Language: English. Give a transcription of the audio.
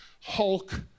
Hulk